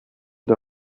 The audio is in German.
der